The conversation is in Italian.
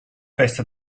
festa